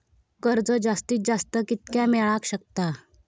कर्ज जास्तीत जास्त कितक्या मेळाक शकता?